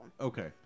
Okay